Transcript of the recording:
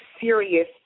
serious